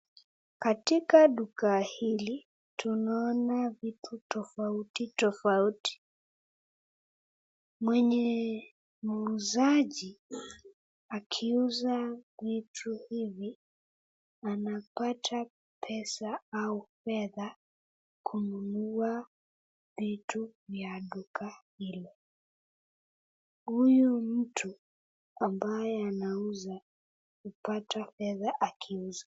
Katika duka hili tunaona vitu tafauti tafauti, mwenye muuzaji akiuza kwetu hivi anapata pesa au fedha kununua vitu vya duka hili, huyu mtu ambaye anauza upata pesa akiuza .